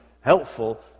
helpful